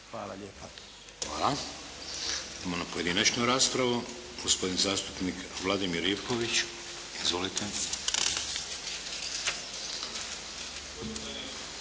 (HDZ)** Hvala. Idemo na pojedinačnu raspravu. Gospodin zastupnik Vladimir Ivković. Izvolite.